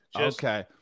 Okay